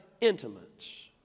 intimates